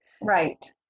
Right